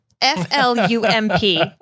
F-L-U-M-P